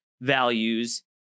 values